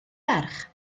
ferch